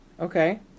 okay